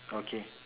okay